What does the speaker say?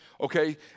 Okay